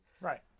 Right